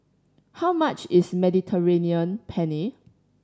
how much is Mediterranean Penne